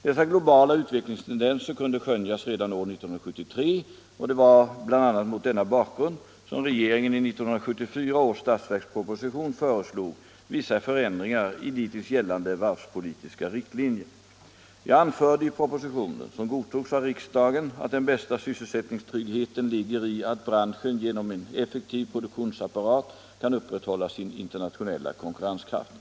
Dessa globala utvecklingstendenser kunde skönjas redan under år 1973, och det var bl.a. mot denna bakgrund som regeringen i 1974 års statsverksproposition föreslog vissa förändringar i dittills gällande varvspolitiska riktlinjer. Jag anförde i propositionen, som godtogs av riksdagen, att den bästa sysselsättningstryggheten ligger i att branschen genom en effektiv produktionsapparat kan upprätthålla sin internationella konkurrenskraft.